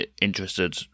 interested